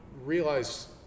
realize